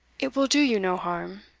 it will do you no harm.